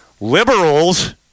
Liberals